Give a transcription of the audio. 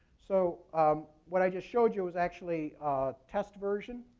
so what i just showed you was actually a test version.